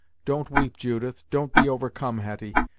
don't weep, judith, don't be overcome, hetty,